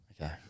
Okay